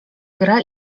gra